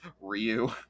Ryu